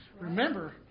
remember